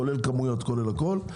כולל כמויות כולל הכול,